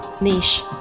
Niche